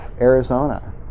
Arizona